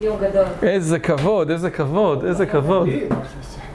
איזה כבוד, איזה כבוד, איזה כבוד